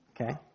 Okay